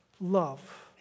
love